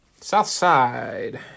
Southside